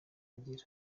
agira